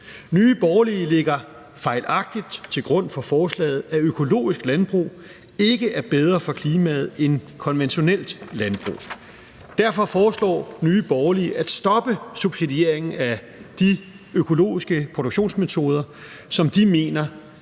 Nye Borgerlige lægger fejlagtigt til grund for forslaget, at økologisk landbrug ikke er bedre for klimaet end konventionelt landbrug. Derfor foreslår Nye Borgerlige at stoppe subsidieringen af de økologiske produktionsmetoder, som de mener